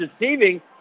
deceiving